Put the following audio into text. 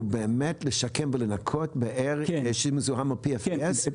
באמת לשקם ולנקות באר שמזוהמת ב-PFAS?